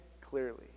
clearly